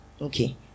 Okay